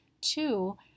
Two